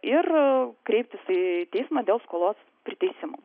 ir kreiptis į teismą dėl skolos priteisimo